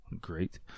great